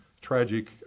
tragic